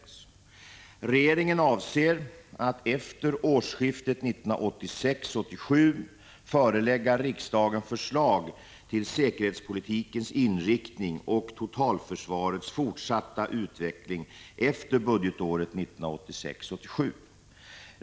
1985 87.